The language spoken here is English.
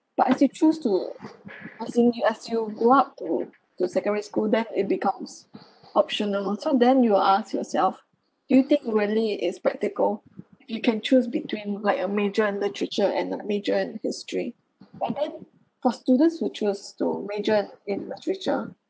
but as you choose to as in you as you go up to to secondary school then it becomes optional so then you will ask yourself do you think it really is practical you can choose between like a major in literature and the major in history but then for students who choose to major in in literature